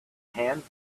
hands